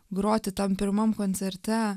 groti tam pirmam koncerte